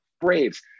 Braves